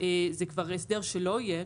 זה כבר הסדר שלא יהיה,